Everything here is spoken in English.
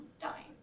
dying